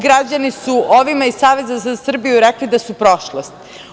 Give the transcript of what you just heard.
Građani su ovima iz Saveza za Srbiju rekli da su prošlost.